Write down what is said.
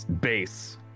base